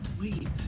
wait